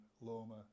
Loma